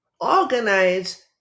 organize